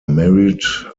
married